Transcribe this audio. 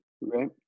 right